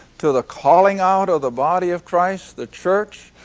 to the calling out of the body of christ, the church,